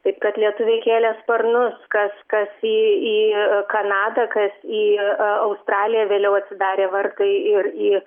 taip kad lietuviai kėlė sparnus kas kas į į kanadą kas į australiją vėliau atsidarė vartai ir į